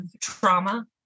trauma